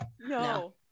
No